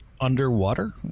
Underwater